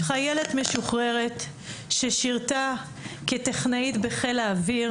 חיילת משוחררת ששירתה כטכנאית בחיל האוויר,